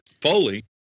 Foley